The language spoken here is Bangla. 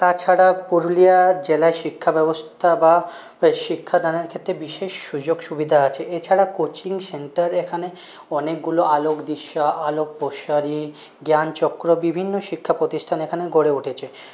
তাছাড়া পুরুলিয়া জেলায় শিক্ষা ব্যবস্থা বা ওই শিক্ষাদানের ক্ষেত্রে বিশেষ সুযোগ সুবিধা আছে এছাড়া কোচিং সেন্টার এখানে অনেকগুলো আলোক দৃশ্য আলোক প্রসারী জ্ঞান চক্র বিভিন্ন শিক্ষা প্রতিষ্ঠান এখানে গড়ে উঠেছে